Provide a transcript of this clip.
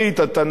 התנ"כית,